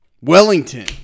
Wellington